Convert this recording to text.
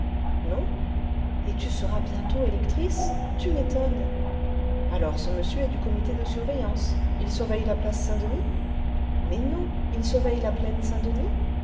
isfon et tu seras bientôt électrice tu m'étonnes alors ce monsieur est du comité de surveillance il surveille la plaine saint-denis mais non il surveille le député de la plaine saint-denis